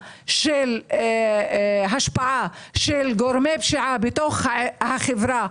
שיש השפעה של גורמי פשיעה בתוך החברה,